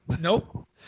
Nope